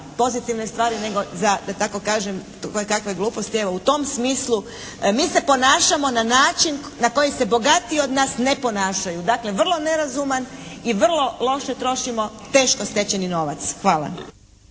pozitivne stvari, nego za da tako kažem kojekakve gluposti. Evo u tom smislu mi se ponašamo na način na koji se bogatiji od nas ne ponašaju. Dakle, vrlo nerazuman i vrlo loše trošimo teško stečeni novac. Hvala.